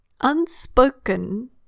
unspoken